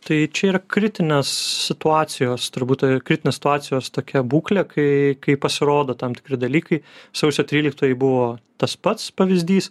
tai čia yra kritinės situacijos turbūt kritinės situacijos tokia būklė kai kai pasirodo tam tikri dalykai sausio tryliktoji buvo tas pats pavyzdys